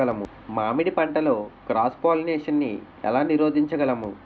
మామిడి పంటలో cross pollination నీ ఏల నీరోధించగలము?